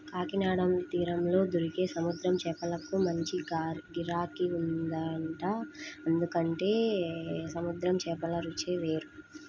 కాకినాడ తీరంలో దొరికే సముద్రం చేపలకు మంచి గిరాకీ ఉంటదంట, ఎందుకంటే సముద్రం చేపల రుచే వేరు